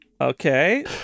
okay